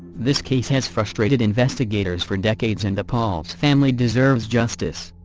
this case has frustrated investigators for decades and the pauls family deserves justice.